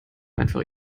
einfach